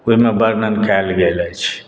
ओहिमे वर्णन कयल गेल अछि